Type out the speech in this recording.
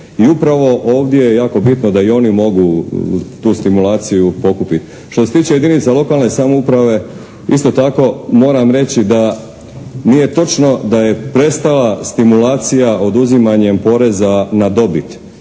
i upravo ovdje je jako bitno da i oni mogu tu stimulaciju pokupiti. Što se tiče jedinica lokalne samouprave isto tako moram reći da nije točno da je prestala stimulacija oduzimanjem poreza na dobit.